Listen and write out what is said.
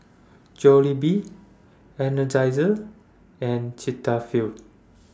Jollibee Energizer and Cetaphil